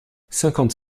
cinquante